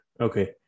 Okay